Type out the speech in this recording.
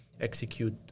execute